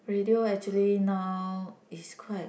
radio actually now is quite